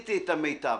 שעשיתי את המיטב.